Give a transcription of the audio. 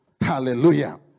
Hallelujah